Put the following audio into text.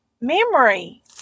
memory